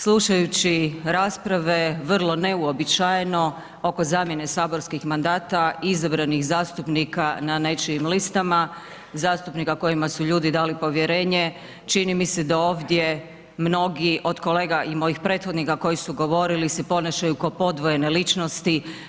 Slušajući rasprave vrlo neuobičajeno oko zamjene saborskih mandata izabranih zastupnika na nečijim listama, zastupnika kojima su ljudi dali povjerenje čini mi se da ovdje mnogi od kolega i mojih prethodnika koji su govorili se ponašaju kao podvojene ličnosti.